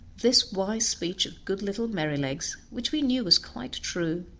this wise speech of good little merrylegs, which we knew was quite true,